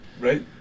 right